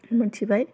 मिथिबाय